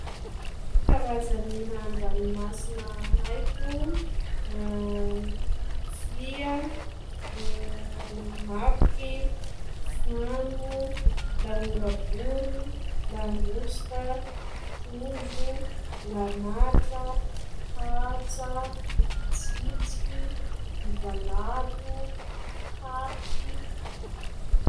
Karazagny raha an-dranomasina haiko: fia, mapiky, fano, lamoraboro, langosta, trozo, lamatra, patsa, tsitsiky, gigalato, kapiky.